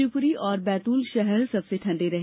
शिवपुरी और बैतूल शहर सबसे ठंडे रहे